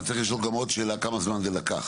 אבל צריך לשאול גם עוד שאלה של כמה זמן זה לקח.